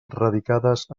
radicades